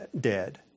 dead